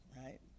right